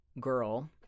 girl